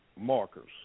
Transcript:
markers